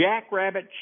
Jackrabbit